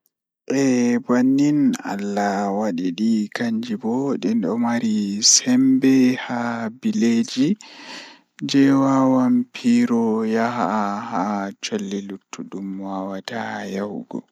bannin Allah waɗiɗi kan jibo ɗin ɗo mari sembe haa bileji. Je wawan piro ya'a haa cholle luttudum ma wata yahugwo.